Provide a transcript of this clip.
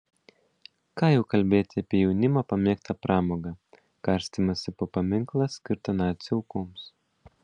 ką jau kalbėti apie jaunimo pamėgtą pramogą karstymąsi po paminklą skirtą nacių aukoms